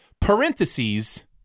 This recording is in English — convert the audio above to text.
parentheses